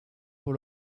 pour